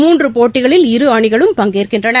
மூன்றுபோட்டிகளில் இரு அணிகளும் பங்கேற்கின்றன